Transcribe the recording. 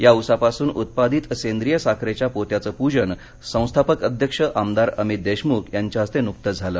या ऊसापासून उत्पादित सेद्रिय साखरेच्या पोत्याचं पूजन संस्थापक अध्यक्ष आमदार अमित देशमुख यांच्या हस्ते नुकतंच झालं